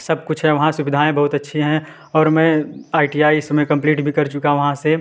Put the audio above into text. सब कुछ है वहाँ सुविधाएं बहुत अच्छी हैं और मैं आइ टी आई इस समय कम्प्लीट भी कर चुका हूँ वहाँ से